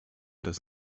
das